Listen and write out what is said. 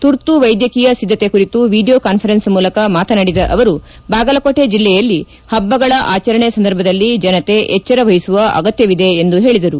ತುರ್ತು ವೈದ್ಯಕೀಯ ಸಿದ್ದತೆ ಕುರಿತು ವಿಡಿಯೋ ಕಾನ್ಸರೆನ್ಸ್ ಮೂಲಕ ಮಾತನಾಡಿದ ಅವರು ಬಾಗಲಕೋಟೆ ಜಿಲ್ಲೆಯಲ್ಲಿ ಪಬ್ಲಗಳ ಆಚರಣೆ ಸಂದರ್ಭದಲ್ಲಿ ಜನತೆ ಎಚ್ಚರ ವಹಿಸುವ ಅಗತ್ನವಿದೆ ಎಂದು ಹೇಳಿದರು